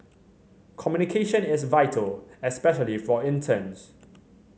communication is vital especially for interns